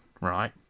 right